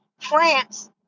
France